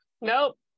Nope